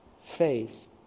Faith